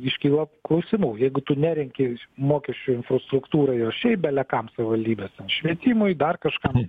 iškyla klausimų jeigu tu nerenki mokesčių infrastruktūrai ar šiaip bele kam savivaldybės ten švietimui dar kažkam